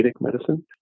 medicine